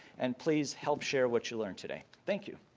and please help share what you learn today. thank you.